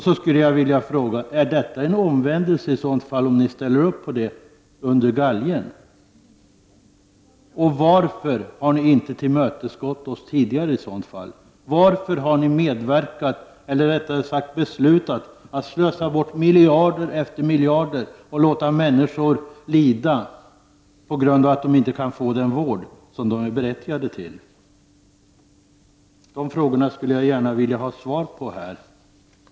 Så skulle jag vilja fråga: Är detta, om ni ställer upp på det, en omvändelse under galgen? Varför har ni i annat fall inte tillmötesgått oss tidigare? Varför har ni beslutat att slösa bort miljarder efter miljarder och låta människor lida på grund av att de inte kan få den vård som de är berättigade till? De frågorna skulle jag gärna vilja ha svar på.